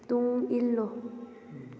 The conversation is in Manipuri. ꯇꯨꯡ ꯏꯜꯂꯨ